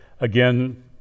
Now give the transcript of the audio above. again